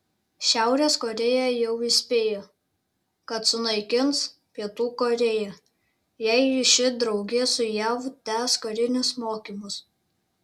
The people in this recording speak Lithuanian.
šiaurės korėja jau įspėjo kad sunaikins pietų korėją jei ši drauge su jav tęs karinius mokymus